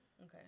Okay